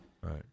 Right